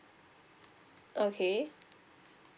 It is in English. okay